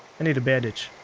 i need a bandage.